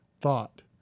thought